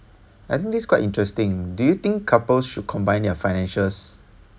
I think this quite interesting do you think couples should combine their financials